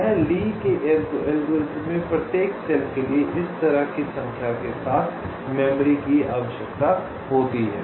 यह ली की एल्गोरिथ्म में प्रत्येक सेल के लिए इस तरह की संख्या के साथ मेमोरी की आवश्यकता है